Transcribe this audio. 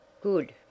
Good